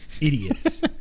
Idiots